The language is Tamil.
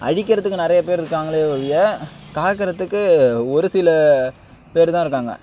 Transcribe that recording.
அழிக்கிறதுக்கு நிறையா பேர் இருக்காங்களே ஒழிய காக்கறதுக்கு ஒருசில பேர்தான் இருக்காங்க